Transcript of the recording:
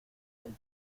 del